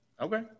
Okay